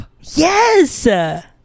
yes